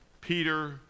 Peter